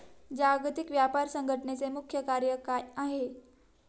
जागतिक व्यापार संघटचे मुख्य कार्य काय आहे?